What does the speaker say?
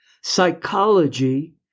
Psychology